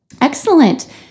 excellent